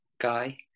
guy